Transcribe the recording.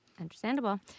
Understandable